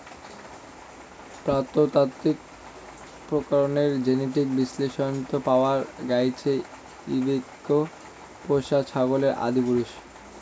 প্রত্নতাত্ত্বিক প্রমাণের জেনেটিক বিশ্লেষনত পাওয়া গেইছে ইবেক্স পোষা ছাগলের আদিপুরুষ